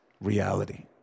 reality